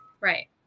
Right